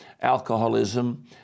alcoholism